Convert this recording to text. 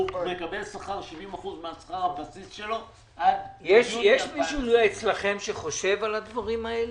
הוא מקבל 70% משכר הבסיס שלו עד יוני 2021. יש מישהו אצלכם שחושב על הדברים האלה?